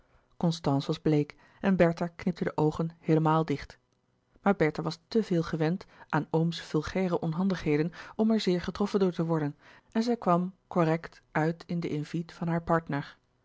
constance was bleek en bertha knipte de oogen heelemaal dicht maar bertha was te veel gewend aan ooms vulgaire onhandigheden om er zeer getroffen door te worden en zij kwam correct uit in de invite van haar partner